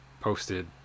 posted